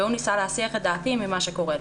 והוא ניסה להסיח את דעתי ממה שקורה לי.